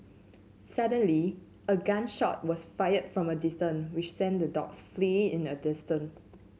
suddenly a gun shot was fired from a distance which sent the dogs fleeing in an distant